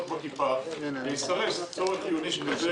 בכיפה ויסרס מענה לצורך חיוני כזה,